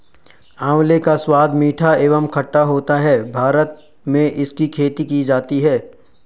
आंवले का स्वाद मीठा एवं खट्टा होता है भारत में इसकी खेती की जाती है